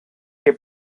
que